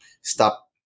stop